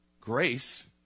Grace